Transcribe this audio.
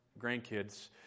grandkids